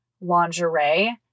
lingerie